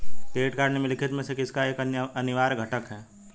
Credit card निम्नलिखित में से किसका एक अनिवार्य घटक है?